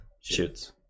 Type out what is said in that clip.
Shoots